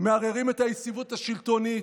מערערים את היציבות השלטונית,